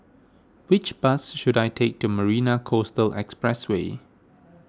which bus should I take to Marina Coastal Expressway